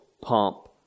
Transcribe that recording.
pump